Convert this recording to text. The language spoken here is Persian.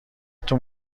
تون